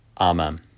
Amen